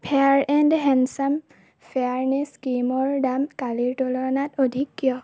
fair and handsome fairness ক্ৰীমৰ দাম কালিৰ তুলনাত অধিক কিয়